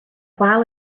while